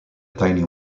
tiny